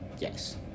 Yes